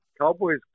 cowboys